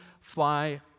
fly